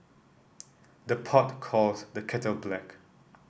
the pot calls the kettle black